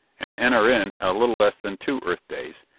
an enaren a little less than two earth days,